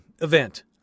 event